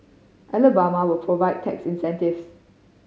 Alabama will provide tax incentives